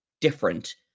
different